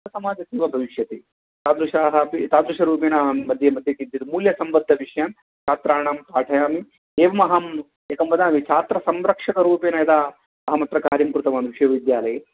तत् समाजसेवा भविष्यति तादृशाः अपि तादृशरूपेण अहं मध्ये मध्ये किञ्चित् मूल्यसम्बद्धविषयान् छात्राणां पाठयामि एवमहं एकं वदामि छात्रसंरक्षकरूपेण यदा अहमत्र कार्यं कृतवान् विश्वविद्यालये